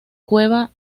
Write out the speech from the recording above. cueva